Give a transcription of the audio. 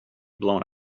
blown